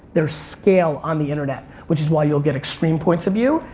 there's scale on the internet which is why you'll get extreme points of view.